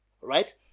right